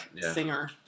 singer